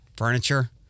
furniture